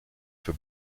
for